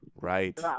Right